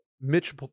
Mitch